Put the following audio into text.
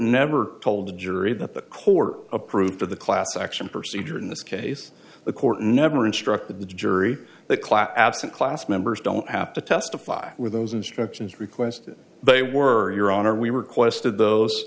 never told a jury that the court approved of the class action procedure in this case the court never instructed the jury that class absent class members don't have to testify with those instructions requested but a word your honor we requested those